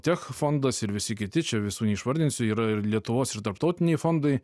tech fondas ir visi kiti čia visų neišvardinsiu yra ir lietuvos ir tarptautiniai fondai